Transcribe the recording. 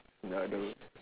ya duh